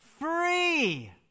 Free